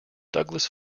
douglass